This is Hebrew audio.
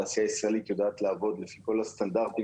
התעשייה הישראלית יודעת לעבוד לפי כל הסטנדרטים